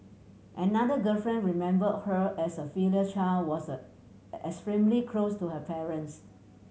another girlfriend remember her as a filial child was extremely close to her parents